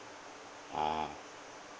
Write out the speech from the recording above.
ah